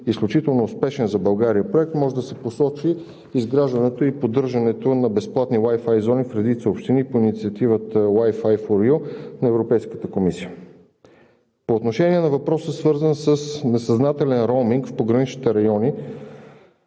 изключително успешен за България проект може да се посочи изграждането и поддържането на безплатни Wi-Fi зони в редица общини по инициативата Wi-Fi4ЕU на Европейската комисия. По отношение на въпроса, свързан с несъзнателен роуминг в пограничните райони,